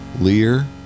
lear